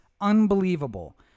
unbelievable